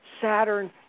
Saturn